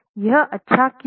यह अच्छा क्यों हैं